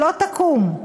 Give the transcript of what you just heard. שלא תקום,